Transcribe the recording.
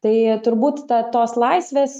tai turbūt ta tos laisvės